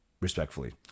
respectfully